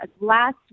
last